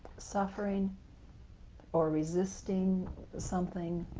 suffering or resisting something